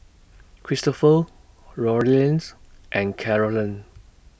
Cristopher Lorean's and Carolann